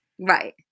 Right